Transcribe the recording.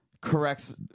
corrects